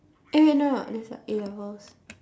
eh wait no no that's like A levels